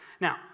Now